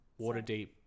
Waterdeep